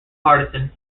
partisan